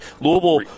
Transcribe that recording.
Louisville